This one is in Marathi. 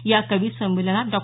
या कविसंमेलनात डॉ